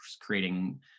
creating